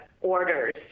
orders